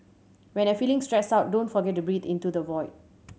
when you are feeling stressed out don't forget to breathe into the void